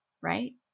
right